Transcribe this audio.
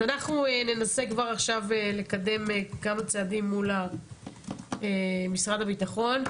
אנחנו ננסה כבר עכשיו לקדם כמה צעדים מול משרד הביטחון.